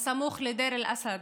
הסמוך לדיר אל-אסד.